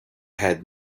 had